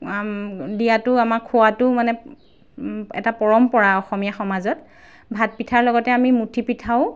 দিয়াতো আমাৰ খোৱাটো মানে এটা পৰম্পৰা অসমীয়া সমাজত ভাত পিঠাৰ লগতে আমি মুঠি পিঠাও